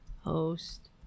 host